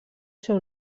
seu